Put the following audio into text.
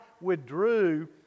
withdrew